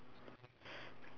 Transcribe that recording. how many boxes are there